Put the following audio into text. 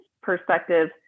perspective